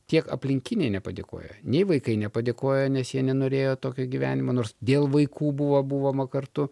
tiek aplinkiniai nepadėkoja nei vaikai nepadėkoja nes jie nenorėjo tokio gyvenimo nors dėl vaikų buvo buvoma kartu